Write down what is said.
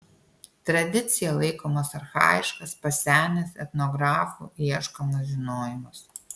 tradicija laikomas archajiškas pasenęs etnografų ieškomas žinojimas